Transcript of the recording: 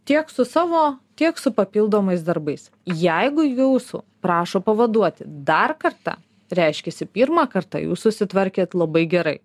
tiek su savo tiek su papildomais darbais jeigu jūsų prašo pavaduoti dar kartą reiškiasi pirmą kartą jūs susitvarkėt labai gerai